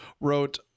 wrote